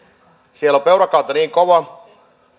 siellä on peurakanta niin kova